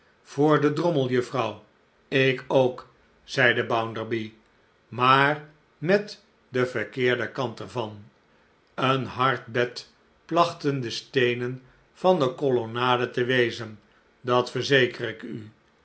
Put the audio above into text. voor den drommel juffrouw ik ook zeide bounderby maar met den verkeerden kant er van een hard bed plachten de steenen van de colonnade te wezen dat verzeker ik u